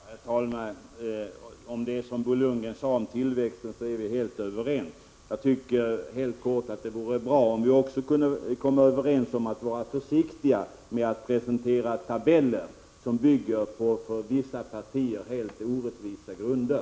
Herr talman! Om det som Bo Lundgren sade om tillväxt är vi helt överens. Jag tycker helt kort att det vore bra om vi också kunde komma överens om att vara försiktiga med att presentera tabeller som bygger på för vissa partier helt orättvisa grunder.